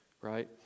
right